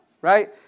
right